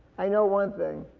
i know one thing.